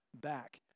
back